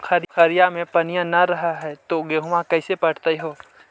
पोखरिया मे पनिया न रह है तो गेहुमा कैसे पटअब हो?